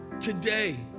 Today